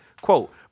Quote